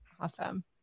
Awesome